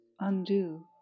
undo